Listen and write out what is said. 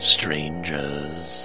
Strangers